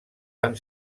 van